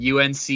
unc